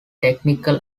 technical